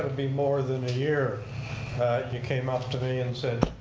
ah be more than a year you came up to me and said